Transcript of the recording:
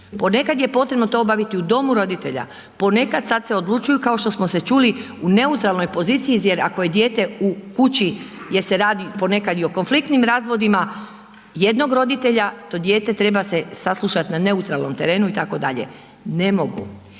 ponekad je potrebno to obaviti u domu roditelja, ponekad sad se odlučuju kao što smo se čuli u neutralnoj poziciji jer ako je dijete u kući gdje se radi ponekad i o konfliktnim razvodima jednog roditelja to dijete treba se saslušat na neutralnom terenu itd. Ne mogu.